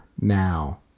now